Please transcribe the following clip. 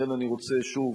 לכן, אני רוצה, שוב,